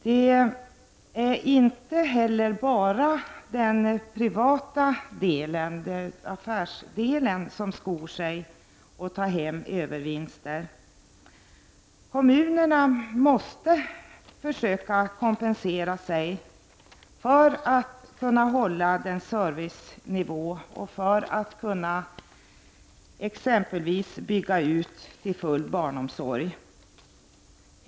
Det är inte heller bara den privata sektorn, affärssektorn, som skor sig och tar hem övervinster. Kommunerna måste försöka kompensera sig för att kunna behålla sin servicenivå och för att exempelvis kunna bygga ut barnomsorgen till full behovstäckning.